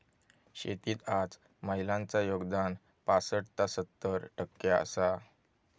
शेतीत आज महिलांचा योगदान पासट ता सत्तर टक्के आसा